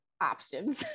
options